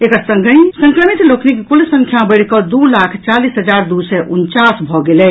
एकर संगहि संक्रमित लोकनिक कुल संख्या बढ़िकऽ दू लाख चालीस हजार दू सय उनचास भऽ गेल अछि